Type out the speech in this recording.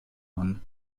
mann